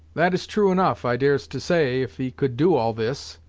that is true enough, i dares to say, if he could do all this.